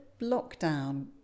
lockdown